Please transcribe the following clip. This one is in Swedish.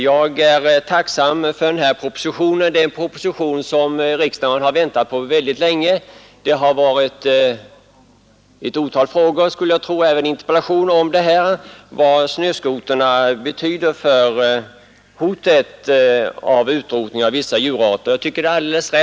Jag är tacksam för att denna proposition kommit, eftersom riksdagen väntat länge på den. Ett otal frågor och även interpellationer har framställts om det hot mot utrotning av vissa djurarter som jakt från snöskoter medför.